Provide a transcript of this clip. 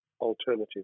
alternative